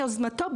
מיוזמתו,